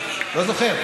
לא זוכר,